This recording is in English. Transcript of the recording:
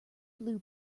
blue